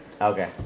Okay